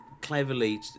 cleverly